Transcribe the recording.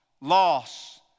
loss